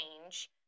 change